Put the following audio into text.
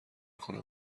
کنم